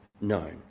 known